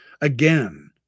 Again